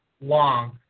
long